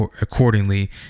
accordingly